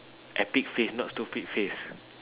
epic face not stupid face